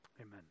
amen